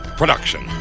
production